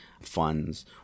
funds